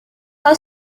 how